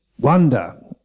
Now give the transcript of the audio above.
wonder